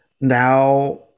now